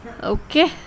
Okay